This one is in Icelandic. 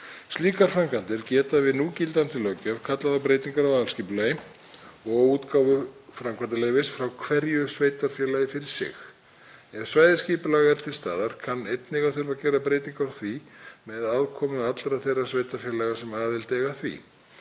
Slíkar framkvæmdir geta við núgildandi löggjöf kallað á breytingar á aðalskipulagi og útgáfu framkvæmdaleyfis frá hverju sveitarfélagi fyrir sig. Ef svæðisskipulag er til staðar kann einnig að þurfa að gera breytingar á því með aðkomu allra þeirra sveitarfélaga sem aðild eiga að því.